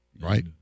Right